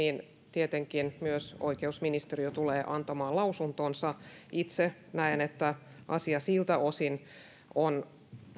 tietenkin myös oikeusministeriö tulee antamaan lausuntonsa itse näen että asia siltä osin on